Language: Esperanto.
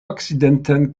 okcidenten